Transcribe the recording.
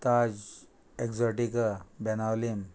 Taj Exotica Benaulim